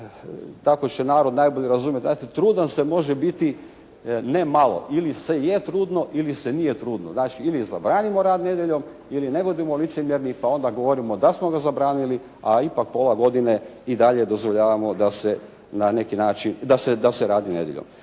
kako će narod najbolje razumjeti. Znate trudan se može biti ne malo, ili se je trudno ili se nije trudno. Znači ili zabranimo rad nedjeljom ili ne budimo licemjerni pa onda govorimo da smo ga zabranili, a ipak pola godine i dalje dozvoljavamo da se na neki